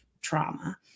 trauma